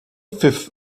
fifth